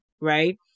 right